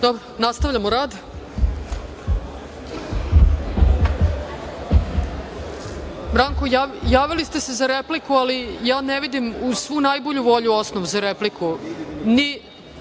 vam. Nastavljamo rad. Branko, javili ste se za repliku, ali ja ne vidim, uz svu najbolju volju, osnov za repliku. Dakle,